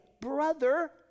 brother